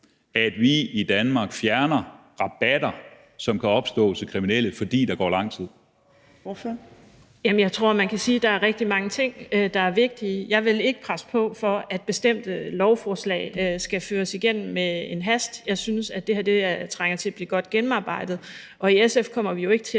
(Trine Torp): Ordføreren. Kl. 13:23 Karina Lorentzen Dehnhardt (SF): Jamen jeg tror, at man kan sige, at der er rigtig mange ting, der er vigtige. Jeg vil ikke presse på for, at bestemte lovforslag skal føres igennem med hast. Jeg synes, at det her trænger til at blive godt gennemarbejdet. Og i SF kommer vi ikke til